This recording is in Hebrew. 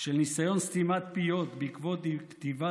של ניסיון סתימת פיות בעקבות כתיבת